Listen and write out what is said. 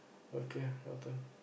okay your turn